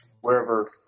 wherever